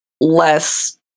less